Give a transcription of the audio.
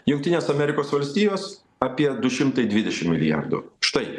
jungtinės amerikos valstijos apie du šimtai dvidešim milijardų štai